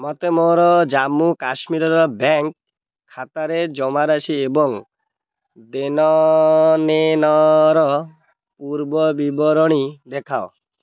ମୋତେ ମୋର ଜାମ୍ମୁ କାଶ୍ମୀର ବ୍ୟାଙ୍କ୍ ଖାତାର ଜମାରାଶି ଏବଂ ଦେଣନେଣର ପୂର୍ବବିବରଣୀ ଦେଖାଅ